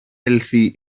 έλθει